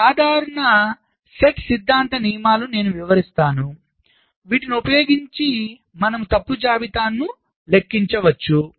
కొన్ని సాధారణ సెట్ సిద్ధాంత నియమాలను నేను వివరిస్తా ను వీటిని ఉపయోగించి మనము తప్పు జాబితాలను లెక్కించవచ్చు